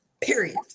period